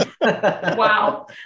Wow